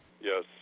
Yes